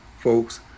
folks